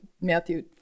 Matthew